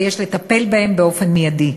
ויש לטפל בהם באופן מיידי.